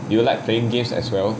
do you like playing games as well